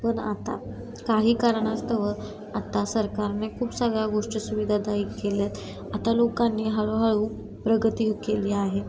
पण आता काही कारणास्तव आता सरकारने खूप सगळ्या गोष्टी सुविधादायक केल्या आहेत आता लोकांनी हळूहळू प्रगती ही केली आहे